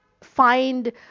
find